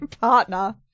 partner-